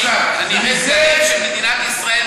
אני אראה דגלים של מדינת ישראל,